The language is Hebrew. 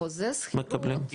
מקבלים,